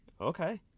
Okay